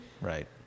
Right